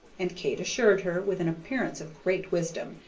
and kate assured her, with an appearance of great wisdom,